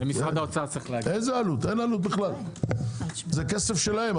זה כסף שלהם.